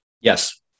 Yes